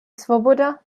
svoboda